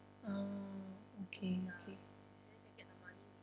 ah okay okay